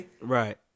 Right